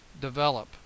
develop